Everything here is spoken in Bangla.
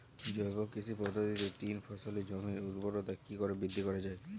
জৈব কৃষি পদ্ধতিতে তিন ফসলী জমির ঊর্বরতা কি করে বৃদ্ধি করা য়ায়?